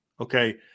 okay